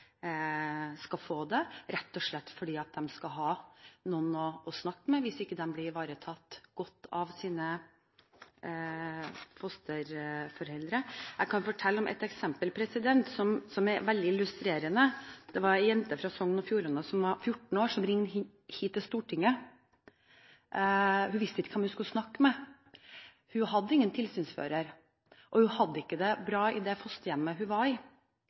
skal få det, rett og slett fordi de skal ha noen å snakke med hvis de ikke blir ivaretatt godt av sine fosterforeldre. Jeg kan nevne et eksempel som er veldig illustrerende. Det var ei jente fra Sogn og Fjordane som var 14 år, som ringte hit til Stortinget. Hun visste ikke hvem hun skulle snakke med. Hun hadde ingen tilsynsfører, og hun hadde det ikke bra i det fosterhjemmet hun var i.